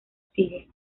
sigue